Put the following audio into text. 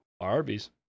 arby's